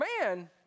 man